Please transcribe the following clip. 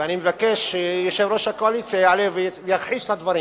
ואני מבקש שיושב-ראש הקואליציה יעלה ויכחיש את הדברים.